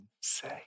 say